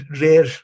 rare